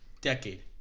decade